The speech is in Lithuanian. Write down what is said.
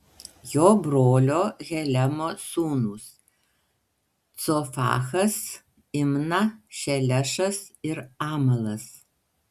jo brolio helemo sūnūs cofachas imna šelešas ir amalas